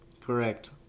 Correct